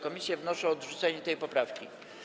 Komisje wnoszą o odrzucenie tej poprawki.